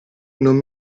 non